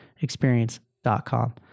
experience.com